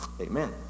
Amen